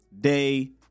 day